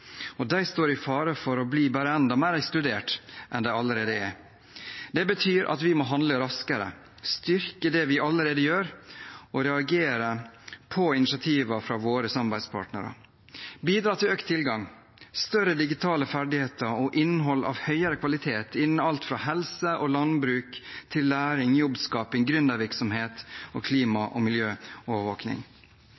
og de står i fare for å bli bare enda mer ekskludert enn de allerede er. Det betyr at vi må handle raskere, styrke det vi allerede gjør, og reagere på initiativer fra våre samarbeidspartnere, bidra til økt tilgang, større digitale ferdigheter og innhold av høyere kvalitet innen alt fra helse og landbruk til læring, jobbskaping, gründervirksomhet og klima-